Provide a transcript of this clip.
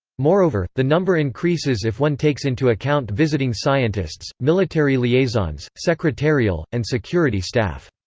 moreover, the number increases if one takes into account visiting scientists, military liaisons, secretarial, and security staff.